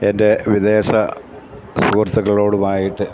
എൻ്റെ വിദേശ സുഹൃത്തുക്കളോടുമായിട്ട്